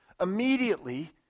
immediately